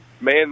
Man